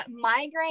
migraine